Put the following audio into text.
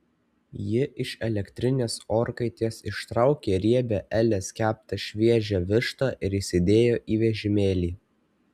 ji iš elektrinės orkaitės ištraukė riebią elės keptą šviežią vištą ir įsidėjo į vežimėlį